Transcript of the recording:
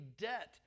debt